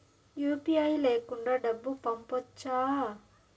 UPI లేకుండా డబ్బు పంపొచ్చా